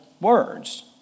words